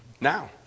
now